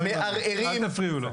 אל תפריעו לו.